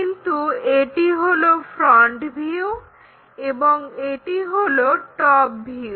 কিন্তু এটি হলো ফ্রন্ট ভিউ এবং এটি হলো টপ ভিউ